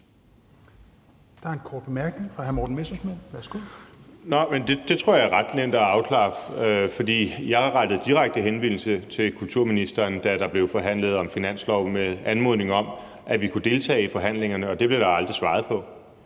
Messerschmidt. Værsgo. Kl. 10:43 Morten Messerschmidt (DF): Det tror jeg er ret nemt at afklare. For jeg rettede jo en direkte henvendelse til kulturministeren, da der blev forhandlet om en finanslov, med anmodning om, at vi kunne deltage i forhandlingerne, og det blev der aldrig svaret på.